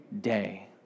day